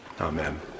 Amen